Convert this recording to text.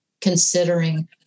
considering